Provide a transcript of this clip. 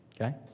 okay